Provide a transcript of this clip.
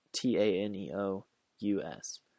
T-A-N-E-O-U-S